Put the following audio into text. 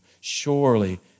Surely